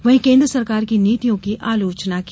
वहीं केन्द्र सरकार की नीतियों की आलोचना की